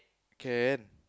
can